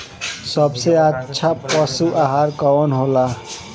सबसे अच्छा पशु आहार कवन हो ला?